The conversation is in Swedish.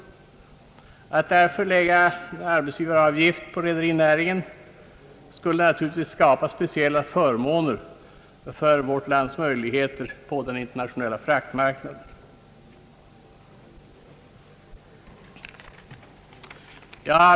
Att lägga en arbetsgivaravgift på rederinäringen skulle naturligtvis skapa speciella svårigheter för vårt lands möjligheter på den internationella fraktmarknaden.